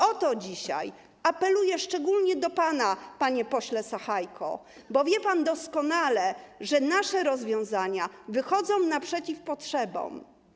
O to dzisiaj apeluję, szczególnie do pana, panie pośle Sachajko, bo wie pan doskonale, że nasze rozwiązania wychodzą naprzeciw potrzebom.